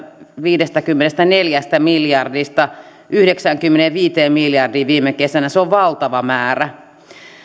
viidestäkymmenestäneljästä miljardista yhdeksäänkymmeneenviiteen miljardiin vuodesta kaksituhattakahdeksan viime kesään se on valtava määrä